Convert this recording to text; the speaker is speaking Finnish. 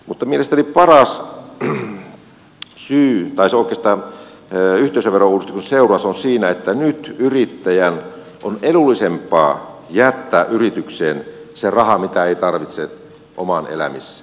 mutta mielestäni paras yhteisöverouudistuksen seuraus on siinä että nyt yrittäjän on edullisempaa jättää yritykseen se raha mitä ei tarvitse omaan elämiseen